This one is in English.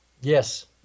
Yes